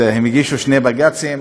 הם הגישו שני בג"צים,